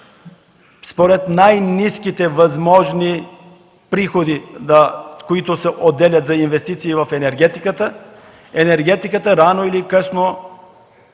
според най-ниските възможни приходи, които се отделят за инвестиции в енергетиката, тя рано или късно